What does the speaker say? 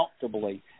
comfortably